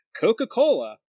Coca-Cola